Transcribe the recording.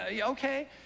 Okay